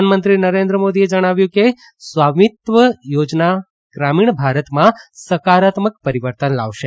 પ્રધાનમંત્રી નરેન્દ્ર મોદીએ જણાવ્યું છે કે સ્વામીત્વ યોજના ગ્રામીણ ભારતમાં સકારાત્મક પરિવર્તન લાવશે